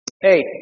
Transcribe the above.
Hey